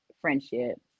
friendship